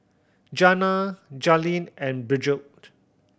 Jana Jaelyn and Bridgett